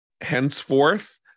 henceforth